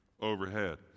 overhead